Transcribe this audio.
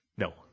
no